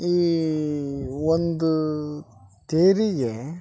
ಈ ಒಂದು ತೇರಿಗೆ